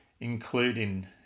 including